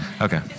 Okay